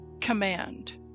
Command